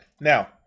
Now